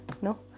no